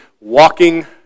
walking